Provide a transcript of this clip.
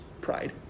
pride